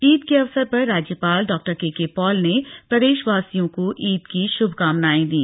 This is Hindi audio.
ईद के अवसर पर राज्यपाल डॉ केके पॉल ने प्रदेशवासियों को ईद की श्भकामनाएं दी